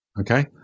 Okay